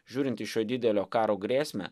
žiūrint į šio didelio karo grėsmę